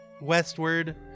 westward